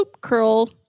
curl